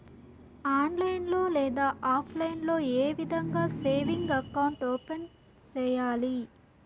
online లో లేదా offline లో ఏ విధంగా సేవింగ్ అకౌంట్ ఓపెన్ సేయాలి